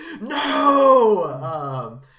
No